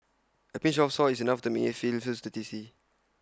A pinch of salt is enough to make A Veal Stew tasty